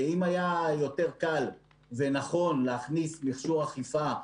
אם היה יותר קל ונכון להכניס מכשור אכיפה,